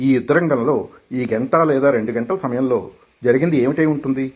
ఆ యుద్ధరంగంలో ఈ గంటా లేదా రెండు గంటల సమయం లో జరిగింది ఏమిటై వుంటుంది